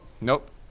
nope